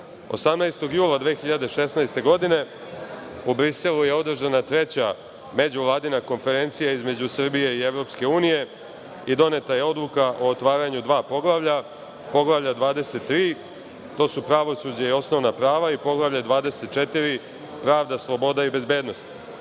18. jula 2016. godine u Briselu je održana Treća međuvladina konferencija između Srbije i EU i doneta je Odluka o otvaranju dva poglavlja: Poglavlje 23 - pravosuđe i osnovna prava i Poglavlje 24 - pravda slobode i bezbednosti. Dana,